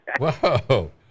Whoa